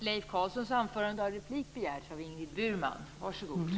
Herr talman! Jag hade också en fråga om målen.